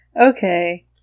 Okay